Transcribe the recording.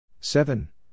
Seven